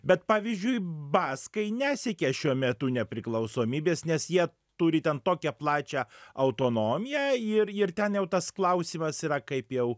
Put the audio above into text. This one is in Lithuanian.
bet pavyzdžiui baskai nesiekia šio metu nepriklausomybės nes jie turi ten tokią plačią autonomiją ir ir ten jau tas klausimas yra kaip jau